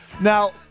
Now